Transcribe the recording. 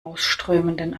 ausströmenden